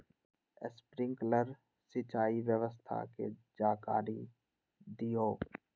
Sprinkler सिंचाई व्यवस्था के जाकारी दिऔ?